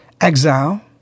Exile